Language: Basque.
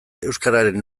euskararen